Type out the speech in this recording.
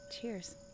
Cheers